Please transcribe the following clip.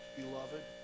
beloved